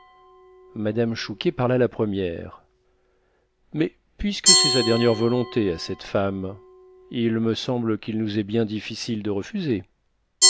mme chouquet parla la première mais puisque c'était sa dernière volonté à cette femme il me semble qu'il nous est bien difficile de refuser